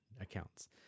accounts